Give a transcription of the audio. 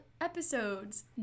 episodes